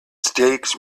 stakes